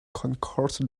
concourse